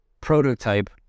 prototype